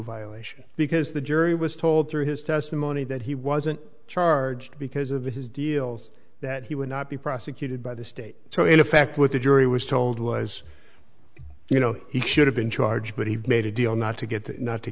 violation because the jury was told through his testimony that he wasn't charged because of his deals that he would not be prosecuted by the state so in effect what the jury was told was you know he should have been charged but he made a deal not to get not to